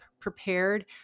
prepared